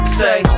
say